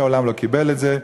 העולם לא קיבל את זה,